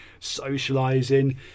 socialising